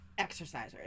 exercisers